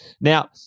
Now